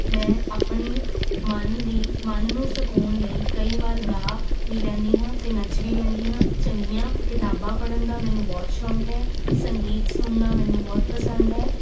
ਮੈਂ ਆਪਣੇ ਮਨ ਦੀ ਮਨ ਨੂੰ ਸਕੂਨ ਲਈ ਕਈ ਵਾਰ ਗਾ ਵੀ ਲੈਂਦੀ ਹਾਂ ਅਤੇ ਨੱਚ ਵੀ ਲੈਂਦੀ ਹਾਂ ਚੰਗੀਆਂ ਕਿਤਾਬਾਂ ਪੜ੍ਹਨ ਦਾ ਮੈਨੂੰ ਬਹੁਤ ਸ਼ੌਕ ਹੈ ਸੰਗੀਤ ਸੁਣਨਾ ਮੈਨੂੰ ਬਹੁਤ ਪਸੰਦ ਹੈ